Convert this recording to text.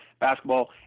basketball